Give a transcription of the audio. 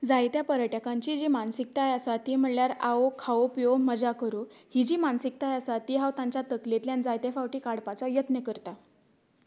जायत्या पर्यटकांची जी मानसिकताय आसा ती म्हळ्यार आओ खाओ पिओ मजा करो ही जी मानसिकताय आसा ती तांच्या तकलेंतल्यान जायते फावट काडपाचो यत्न करता